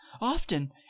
often